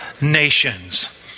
nations